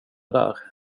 där